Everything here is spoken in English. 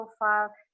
profile